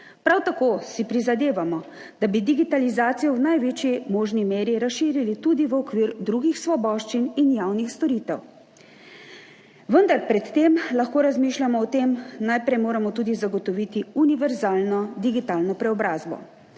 Prav tako si prizadevamo, da bi digitalizacijo v največji možni meri razširili tudi v okviru drugih svoboščin in javnih storitev. Vendar pred tem lahko razmišljamo o tem, najprej moramo tudi zagotoviti univerzalno digitalno preobrazbo.